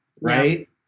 Right